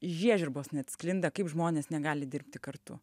žiežirbos net sklinda kaip žmonės negali dirbti kartu